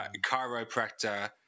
chiropractor